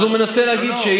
אז הוא מנסה להגיד,